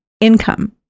income